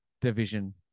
Division